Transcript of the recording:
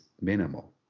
minimal